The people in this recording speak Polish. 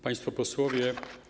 Państwo Posłowie!